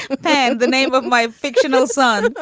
but and the name of my fictional son.